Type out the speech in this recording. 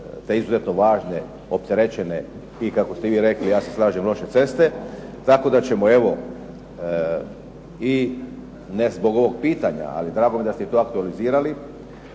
te izuzetno važne, opterećene i kako ste i vi rekli, ja se slažem, loše ceste, tako da ćemo evo i ne zbog ovog pitanja, ali drago mi je da ste to i aktualizirali,